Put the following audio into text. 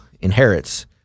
inherits